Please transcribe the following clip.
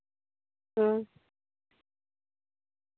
ᱦᱩᱸ